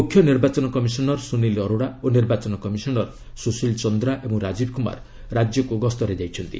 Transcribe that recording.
ମୁଖ୍ୟ ନିର୍ବାଚନ କମିଶନର୍ ସୁନିଲ୍ ଅରୋଡ଼ା ଓ ନିର୍ବାଚନ କମିଶନର୍ ସୁଶିଲ୍ ଚନ୍ଦ୍ରା ଓ ରାଜୀବ୍ କୁମାର ରାଜ୍ୟକୁ ଗସ୍ତରେ ଯାଇଛନ୍ତି